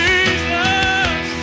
Jesus